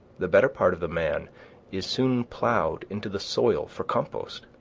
the better part of the man is soon plowed into the soil for compost.